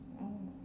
oh